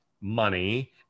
money